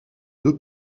deux